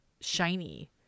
shiny